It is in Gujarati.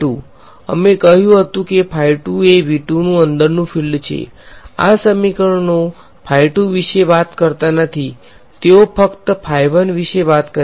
અમે કહ્યું હતું કે એ નુ અંદર નુ ફીલ્ડ છે આ સમીકરણો વિશે વાત કરતા નથી તેઓ ફક્ત વિશે વાત કરે છે